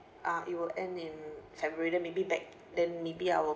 um it will end in february then maybe back then maybe I will